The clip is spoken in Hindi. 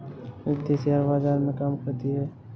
रिद्धी शेयर बाजार में कार्य करती है